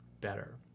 better